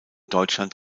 deutschland